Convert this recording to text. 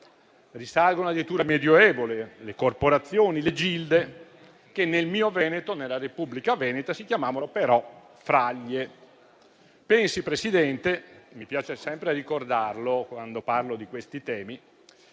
risalgono addirittura al Medioevo le corporazioni, le gilde, che nel mio Veneto, al tempo della Repubblica di Venezia, si chiamavano però fraglie. Pensi, Presidente - mi piace sempre ricordarlo, quando parlo di questi temi